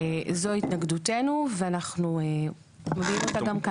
זו ההתנגדות ואנחנו מביעים אותה גם כאן,